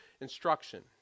instruction